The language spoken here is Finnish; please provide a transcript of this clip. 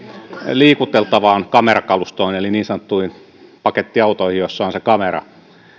liikuteltavaan kamerakalustoon eli niin sanottuihin pakettiautoihin joissa on se kamera